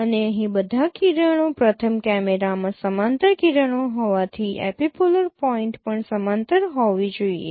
અને અહીં બધા કિરણો પ્રથમ કેમેરામાં સમાંતર કિરણો હોવાથી એપિપોલર પોઇન્ટ પણ સમાંતર હોવી જોઈએ